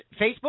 Facebook